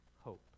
hope